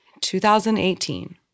2018